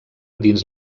dins